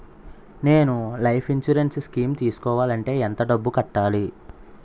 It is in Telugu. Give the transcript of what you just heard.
నేను లైఫ్ ఇన్సురెన్స్ స్కీం తీసుకోవాలంటే ఎంత డబ్బు కట్టాలి?